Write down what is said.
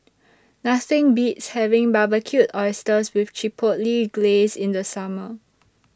Nothing Beats having Barbecued Oysters with Chipotle Glaze in The Summer